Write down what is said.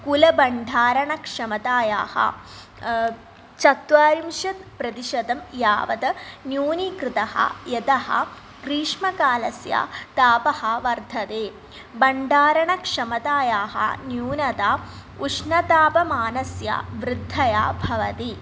कुलभण्डारणक्षमतायाः चत्वारिंशत् प्रतिशतं यावत् न्यूनीकृतः यतः ग्रीष्मकालस्य तापः वर्धते बण्डारणक्षमतायाः न्यूनता उष्णतापमानस्य वृध्या भवति